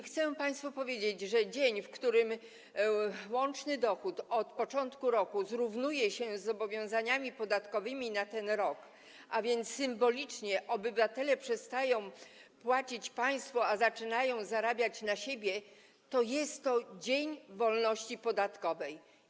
Chcę państwu powiedzieć, że dzień, w którym łączny dochód od początku roku zrównuje się z zobowiązaniami podatkowymi na ten rok, a więc dzień, w którym symbolicznie obywatele przestają płacić państwu, a zaczynają zarabiać na siebie, jest właśnie dniem wolności podatkowej.